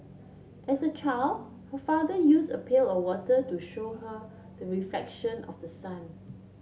as a child her father use a pail of water to show her the reflection of the sun